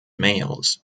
males